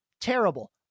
Terrible